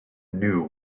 knew